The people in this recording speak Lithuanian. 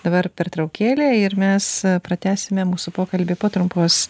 dabar pertraukėlė ir mes pratęsime mūsų pokalbį po trumpos